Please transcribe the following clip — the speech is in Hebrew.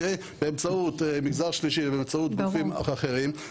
באמצעות מגזר שלישי ובאמצעות גופים אחרים.